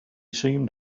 seemed